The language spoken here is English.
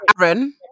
Aaron